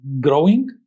growing